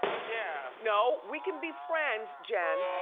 yeah. no, we can be friends, jen,